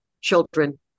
children